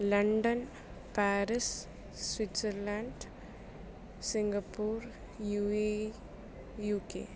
London Paris Switzerland Singapore U A E U K